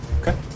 okay